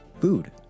food